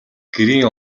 гэрийн